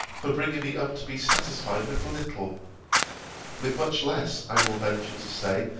for bringing me up to be satisfied with little with much less, i will venture to say,